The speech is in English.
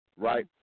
right